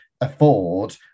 afford